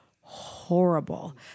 horrible